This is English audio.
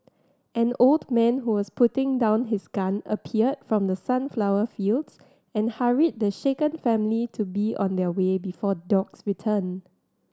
an old man who was putting down his gun appeared from the sunflower fields and hurried the shaken family to be on their way before the dogs return